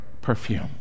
perfume